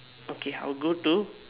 okay I'll go to